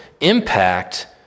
impact